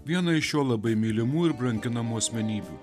vieną iš jo labai mylimų ir branginamų asmenybių